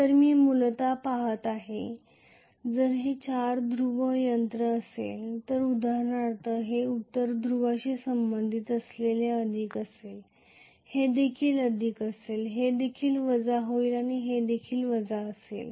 तर मी मूलत पहात आहे जर हे चार ध्रुव यंत्र असेल तर उदाहरणार्थ हे उत्तर ध्रुवाशी संबंधित असलेले अधिक असेल हे देखील अधिक असेल हे वजा होईल आणि हे वजा देखील असेल